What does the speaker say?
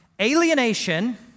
alienation